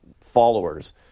followers